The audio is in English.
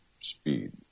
speed